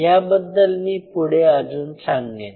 याबद्दल मी पुढे अजून सांगेन